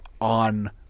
On